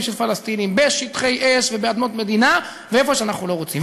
של פלסטינים בשטחי אש ובאדמות מדינה ואיפה שאנחנו לא רוצים.